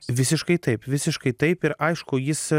visiškai taip visiškai taip ir aišku jis